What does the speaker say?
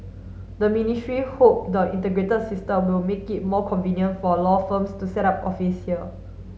the ministry hope the integrated system will make it more convenient for law firms to set up office here